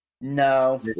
no